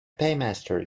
paymaster